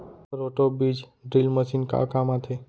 Roto बीज drill machine का काम आथे?